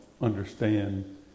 understand